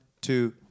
two